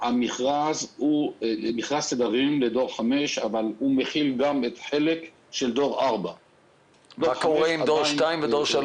חלק של דור 4. מה קורה עם דור 2 ודור 3?